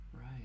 Right